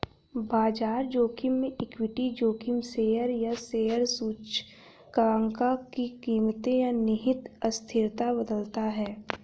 बाजार जोखिम में इक्विटी जोखिम शेयर या शेयर सूचकांक की कीमतें या निहित अस्थिरता बदलता है